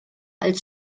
als